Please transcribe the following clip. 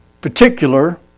particular